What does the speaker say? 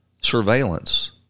surveillance